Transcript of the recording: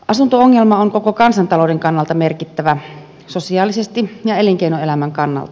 asunto ongelma on koko kansantalouden kannalta merkittävä sosiaalisesti ja elinkeinoelämän kannalta